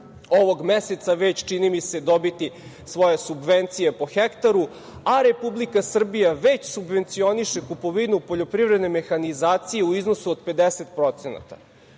ovog meseca dobiti svoje subvencije po hektaru a Republika već subvencioniše kupovinu poljoprivredne mehanizacije u iznosu od 50%.